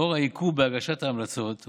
לאור העיכוב בהגשת ההמלצות,